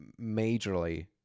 majorly